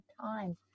time